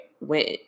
went